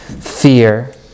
fear